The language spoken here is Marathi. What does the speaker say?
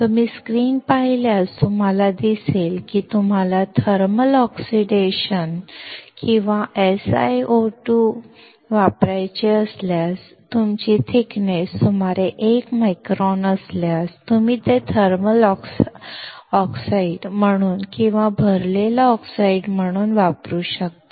तुम्ही स्क्रीन पाहिल्यास तुम्हाला दिसेल की तुम्हाला थर्मल ऑक्सिडेशन किंवा SiO2 वापरायचे असल्यास तुमची जाडी सुमारे 1 मायक्रॉन असल्यास तुम्ही ते थर्मल ऑक्साईड म्हणून किंवा भरलेल्या ऑक्साइड म्हणून वापरू शकता